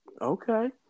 Okay